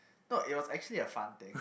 no it was actually a fun thing